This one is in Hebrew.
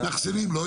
לא,